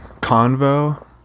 convo